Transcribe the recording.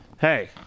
Hey